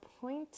point